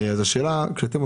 יש לכם שני מקומות.